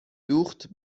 دوخت